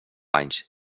anys